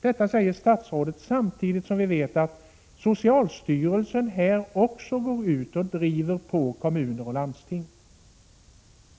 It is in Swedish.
Detta säger statsrådet samtidigt som vi vet att socialstyrelsen driver på kommuner och landsting